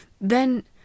then—